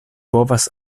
povas